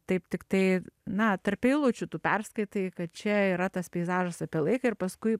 taip tiktai na tarp eilučių tu perskaitai kad čia yra tas peizažas apie laiką ir paskui